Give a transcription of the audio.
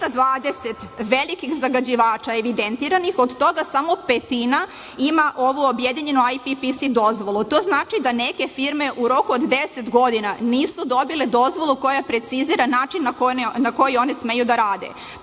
220 velikih zagađivača, od toga samo petina ima ovu objedinjenu IPPC dozvolu. To znači da neke firme u roku od 10 godina nisu dobile dozvolu koja precizira način na koje oni smeju da rade.